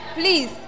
Please